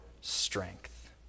strength